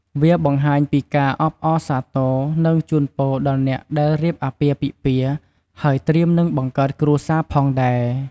វាបង្ហាញពីការអបអរសាទរ និងជូនពរដល់អ្នកដែលរៀបអាពាហ៍ពិពាហ៍ ហើយត្រៀមនឹងបង្កើតគ្រួសារផងដែរ។